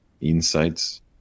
insights